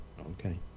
Okay